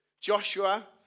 Joshua